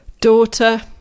daughter